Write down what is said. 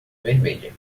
vermelha